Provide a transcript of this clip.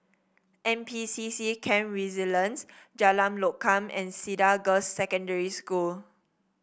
N P C C Camp Resilience Jalan Lokam and Cedar Girls' Secondary School